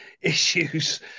issues